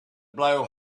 blow